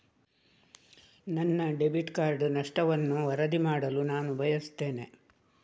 ನನ್ನ debit card ನಷ್ಟವನ್ನು ವರದಿ ಮಾಡಲು ನಾನು ಬಯಸ್ತೆನೆ